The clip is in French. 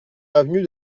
avenue